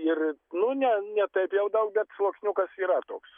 ir nu ne ne taip jau daug bet sluoksniukas yra toks